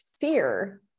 fear